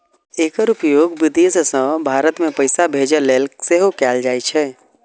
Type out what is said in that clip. एकर उपयोग विदेश सं भारत मे पैसा भेजै लेल सेहो कैल जाइ छै